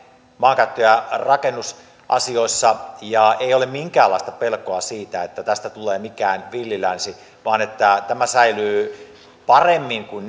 maankäyttö ja rakennusasioissa ja ei ole minkäänlaista pelkoa siitä että tästä tulee mikään villi länsi vaan tämä säilyy paremmin kuin